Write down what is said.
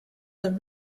them